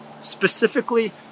Specifically